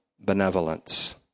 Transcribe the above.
benevolence